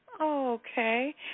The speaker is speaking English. Okay